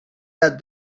read